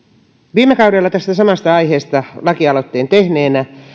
viime kaudella tästä samasta aiheesta lakialoitteen tehneenä